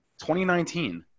2019